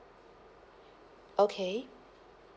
okay